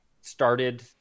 started